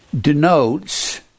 denotes